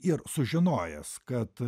ir sužinojęs kad